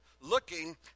looking